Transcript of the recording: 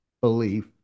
belief